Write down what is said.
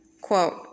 quote